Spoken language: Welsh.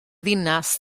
ddinas